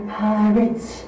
pirates